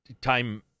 time